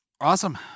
Awesome